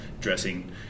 dressing